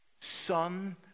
son